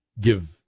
give